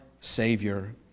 Savior